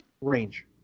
range